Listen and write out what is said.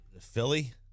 Philly